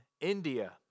India